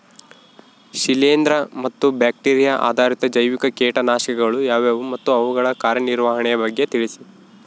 ಶಿಲೇಂದ್ರ ಮತ್ತು ಬ್ಯಾಕ್ಟಿರಿಯಾ ಆಧಾರಿತ ಜೈವಿಕ ಕೇಟನಾಶಕಗಳು ಯಾವುವು ಮತ್ತು ಅವುಗಳ ಕಾರ್ಯನಿರ್ವಹಣೆಯ ಬಗ್ಗೆ ತಿಳಿಸಿ?